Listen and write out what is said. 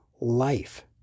life